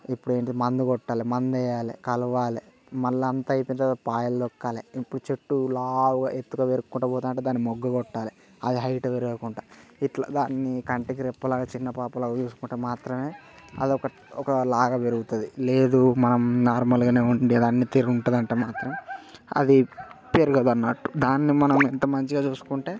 ఇప్పుడు ఏంటిది మందు కొట్టాలి మందు వేయాలి కలవాలే మళ్ళి అంతా అయిపోయిన తర్వాత పాయలు తొక్కాలే ఇప్పుడు చెట్టు లావుగా ఎత్తుగా పేరుకుంతు పోతు ఉంటే దానికి మగ్గు కొట్టాలి అది హైట్ పెరగకుండా ఇట్లా దాన్ని కంటికి రెప్పల చిన్న పాప లాగా చూసుకుంటే మాత్రమే అది ఒక లాగా పెరుగుతుంది లేదు మనం నార్మల్ గానే ఉండి అన్నీ తీరు ఉంటుంది అంటే మాత్రం అది పెరగదన్నట్టు దాన్ని మనం ఎంత మంచిగా చూసుకుంటే